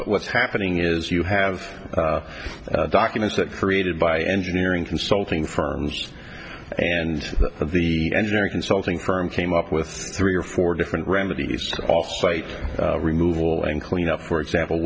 what's happening is you have documents that created by engineering consulting firms and the engineering consulting firm came up with three or four different remedies offsite removal and cleanup for example